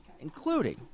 including